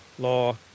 Law